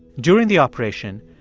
during the operation,